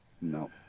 No